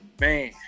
man